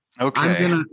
Okay